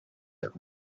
that